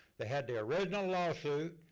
they had the original lawsuit,